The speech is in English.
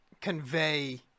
convey